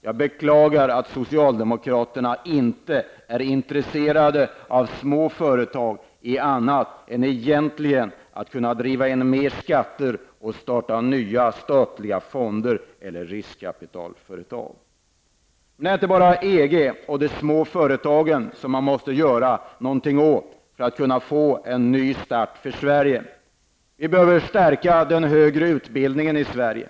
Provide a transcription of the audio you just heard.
Jag beklagar att socialdemokraterna inte är intresserade av små företag annat än då det gäller att driva in mer skatter och starta nya statliga fonder eller riskkapitalföretag. Det är inte bara EG och de små företagen som man måste göra någonting åt för att få en ny start för Sverige. Vi behöver stärka den högre utbildningen i Sverige.